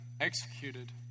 executed